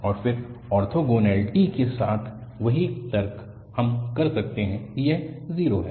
और फिर ऑर्थोगोनैलिटी के साथ वही तर्क हम कह सकते हैं कि यह 0 है